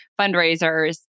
fundraisers